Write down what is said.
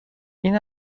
این